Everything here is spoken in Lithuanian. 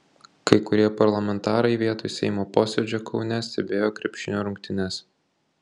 kai kurie parlamentarai vietoj seimo posėdžio kaune stebėjo krepšinio rungtynes